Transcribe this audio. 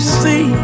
see